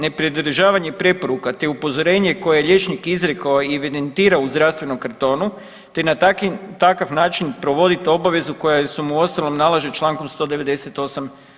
Nepridržavanje preporuka, te upozorenje koje je liječnik izrekao i evidentirao u zdravstvenom kartonu, te na takav način provoditi obvezu koju mu se uostalom nalaže člankom 198.